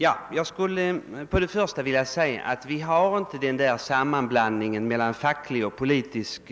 Vad det första angreppet beträffar vill jag säga att vi inte har denna sammanblandning mellan facklig och politisk